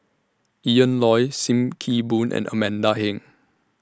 Ian Loy SIM Kee Boon and Amanda Heng